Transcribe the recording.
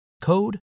code